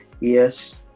yes